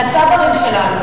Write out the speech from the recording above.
לצברים שלנו,